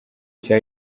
cya